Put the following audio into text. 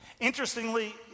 Interestingly